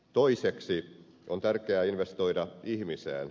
toiseksi on tärkeää investoida ihmiseen